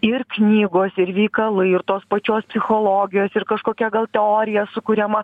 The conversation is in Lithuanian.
ir knygos ir veikalai ir tos pačios psichologijos ir kažkokia gal teorija sukuriama